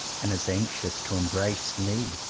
and is anxious to embrace me?